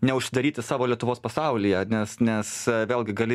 neužsidaryti savo lietuvos pasaulyje nes nes vėlgi gali